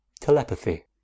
Telepathy